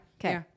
Okay